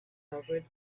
covered